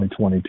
2022